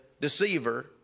deceiver